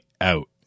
out